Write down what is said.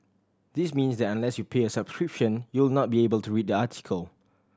this means that unless you pay a subscription you will not be able to read the article